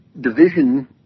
division